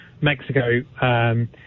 Mexico